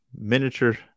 miniature